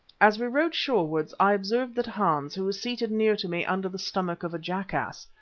as we rowed shorewards i observed that hans, who was seated near to me under the stomach of a jackass,